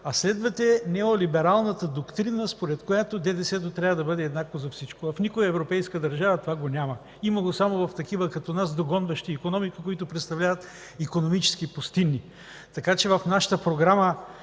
а следвате неолибералната доктрина, според която ДДС трябва да бъде еднакво за всичко. В никоя европейска държава това го няма. Има го само при такива като нас – догонващи икономики, които представляват икономически пустини. В нашата програма